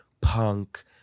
punk